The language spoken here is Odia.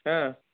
ହଁ